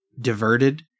diverted